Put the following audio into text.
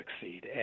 succeed